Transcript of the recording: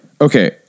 Okay